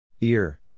Ear